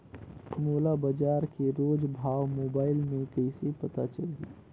मोला बजार के रोज भाव मोबाइल मे कइसे पता चलही?